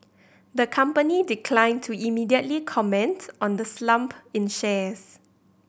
the company declined to immediately comment on the slump in shares